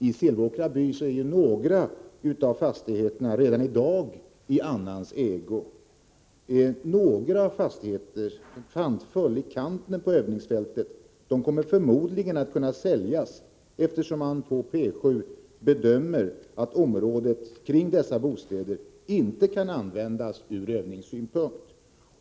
I Silvåkra by är ju redan i dag några av fastigheterna i annans ägo. Några fastigheter, framför allt i kanten av övningsfältet, kommer förmodligen att kunna säljas. På P 7 gör man nämligen bedömningen att området kring dessa bostäder inte kan användas ur övningssynpunkt.